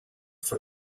for